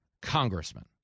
congressman